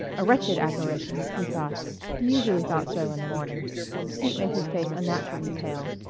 a wretched apparition, he thought he usually thought so in the morning sleep made his face unnaturally pale.